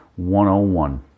101